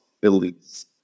beliefs